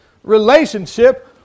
relationship